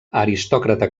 aristòcrata